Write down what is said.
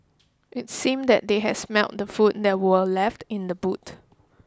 it seemed that they had smelt the food that were left in the boot